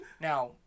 now